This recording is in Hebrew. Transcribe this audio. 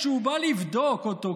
כשהוא בא לבדוק אותו,